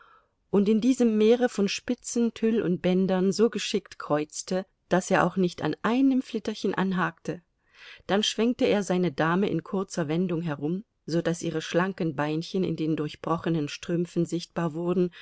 und in diesem meere von spitzen tüll und bändern so geschickt kreuzte daß er auch nicht an einem flitterchen anhakte dann schwenkte er seine dame in kurzer wendung herum so daß ihre schlanken beinchen in den durchbrochenen strümpfen sichtbar wurden